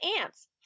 ants